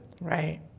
Right